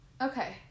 Okay